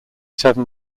seven